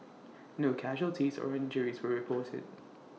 no casualties or injuries were reported